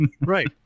Right